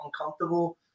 uncomfortable